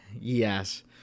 yes